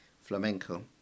flamenco